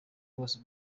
bose